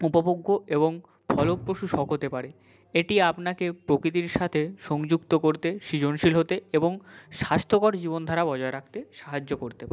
উপভোগ্য এবং ফলপ্রসূ শখ হতে পারে এটি আপনাকে প্রকৃতির সাথে সংযুক্ত করতে সৃজনশীল হতে এবং স্বাস্থ্যকর জীবনধারা বজায় রাখতে সাহায্য করতে পা